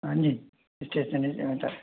हाँ जी स्टेशनरी से बात